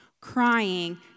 crying